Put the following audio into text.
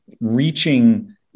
reaching